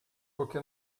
que